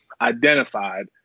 identified